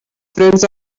friends